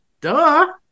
Duh